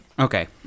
Okay